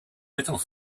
little